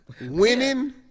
Winning